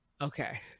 Okay